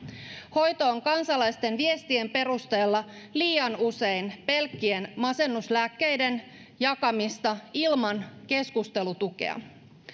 hoito on kansalaisten viestien perusteella liian usein pelkkien masennuslääkkeiden jakamista ilman keskustelutukea